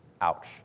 Ouch